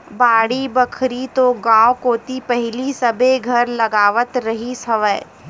बाड़ी बखरी तो गाँव कोती पहिली सबे घर लगावत रिहिस हवय